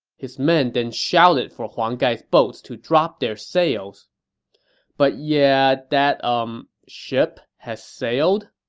his men then shouted for huang gai's boats to drop their sails but yeah, that, umm. ship has sailed.